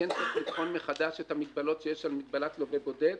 צריך לבחון מחדש את המגבלות שיש על מגבלת לווה בודק.